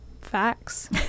Facts